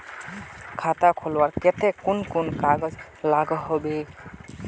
Loan लुबार केते कुन कुन कागज लागोहो होबे?